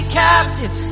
captive